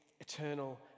eternal